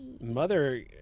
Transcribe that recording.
Mother